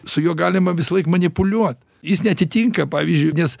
su juo galima visąlaik manipuliuot jis neatitinka pavyzdžiui nes